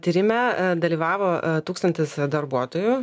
tyrime dalyvavo tūkstantis darbuotojų